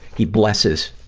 he blesses,